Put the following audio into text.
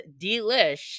delish